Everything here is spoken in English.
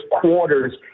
quarters